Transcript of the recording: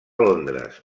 londres